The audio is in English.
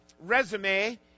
resume